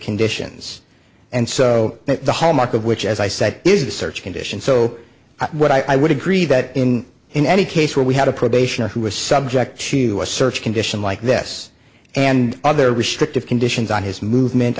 conditions and so that the hallmark of which as i said is the search conditions so what i would agree that in in any case where we had a probation or who was subject to a search condition like this and other restrictive conditions on his movement